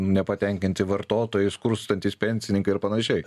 nepatenkinti vartotojai skurstantys pensininkai ir panašiai